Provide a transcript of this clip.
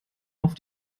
auf